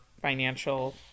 financial